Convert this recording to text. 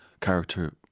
character